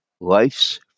Life's